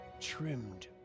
trimmed